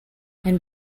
and